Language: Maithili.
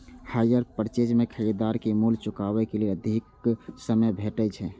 हायर पर्चेज मे खरीदार कें मूल्य चुकाबै लेल अधिक समय भेटै छै